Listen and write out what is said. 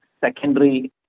secondary